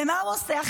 ומה הוא עושה?